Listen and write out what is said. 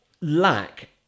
lack